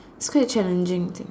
it's quite challenging